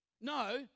No